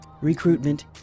Recruitment